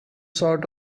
sort